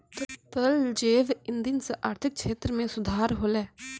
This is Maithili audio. तरल जैव इंधन सँ आर्थिक क्षेत्र में सुधार होलै